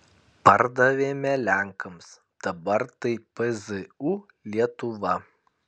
pardavėme lenkams dabar tai pzu lietuva